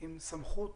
עם סמכות